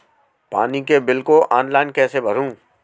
पानी के बिल को ऑनलाइन कैसे भरें?